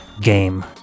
game